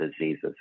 diseases